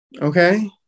Okay